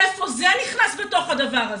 איפה זה נכנס בתוך הדבר הזה?